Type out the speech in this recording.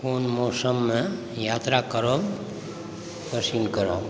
कोन मौसममे यात्रा करब पसिन्न करब